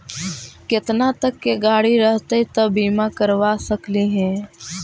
केतना तक के गाड़ी रहतै त बिमा करबा सकली हे?